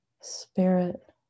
spirit